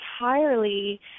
entirely